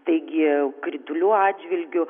taigi kritulių atžvilgiu